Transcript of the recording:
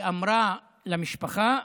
ואמרה למשפחה: